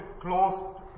closed